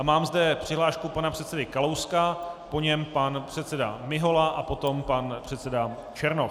Mám zde přihlášku pana předsedy Kalouska, po něm pan předseda Mihola a potom pan předseda Černoch.